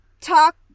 talk